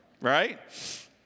right